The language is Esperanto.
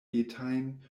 etajn